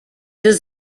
does